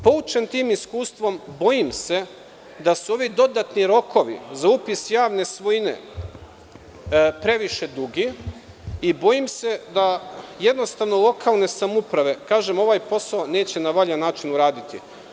Poučen tim iskustvom, bojim se da su ovi dodatni rokovi za upis javne svojine previše dugi, bojim se da lokalne samouprave neće ovaj posao na valjan način uraditi.